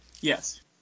Yes